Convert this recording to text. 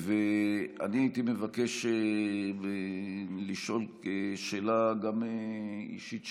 ואני הייתי מבקש לשאול גם שאלה אישית שלי.